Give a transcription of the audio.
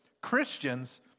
Christians